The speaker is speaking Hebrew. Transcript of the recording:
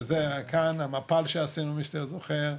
כאן המפל שעשינו מי שזוכר.